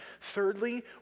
Thirdly